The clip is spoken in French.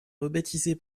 rebaptisé